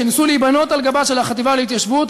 שניסו להיבנות על גבה של החטיבה להתיישבות,